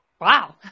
Wow